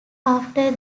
after